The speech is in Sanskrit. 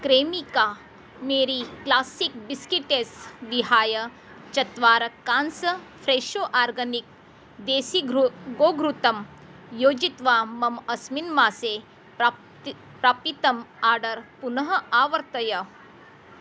क्रेमिका मेरी क्लासिक् बिस्किटेस् विहाय चत्वारकान्स फ़्रेशो आर्गनिक् देसी गोघृतं योजयित्वा मम अस्मिन् मासे प्राप्तिः प्रापितम् आर्डर् पुनः आवर्तय